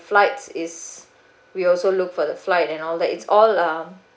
flights is we also look for the flight and all that it's all uh